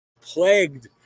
plagued